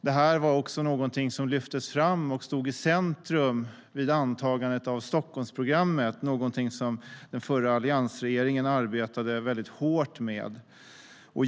Det lyftes också fram och stod i centrum vid antagandet av Stockholmsprogrammet, som alliansregeringen arbetade hårt med.